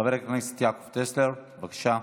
חבר הכנסת יעקב טסלר, בבקשה.